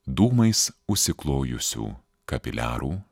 dūmais užsiklojusių kapiliarų